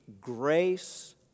grace